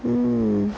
mmhmm